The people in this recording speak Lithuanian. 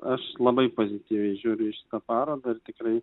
aš labai pozityviai žiūriu į šitą parodą ir tikrai